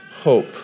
hope